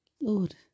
Lord